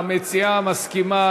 המציעה מסכימה